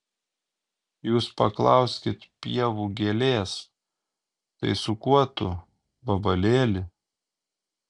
jūs paklauskit pievų gėlės tai su kuo tu vabalėli